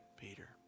Peter